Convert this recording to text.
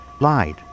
lied